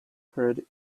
herd